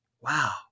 Wow